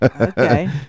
Okay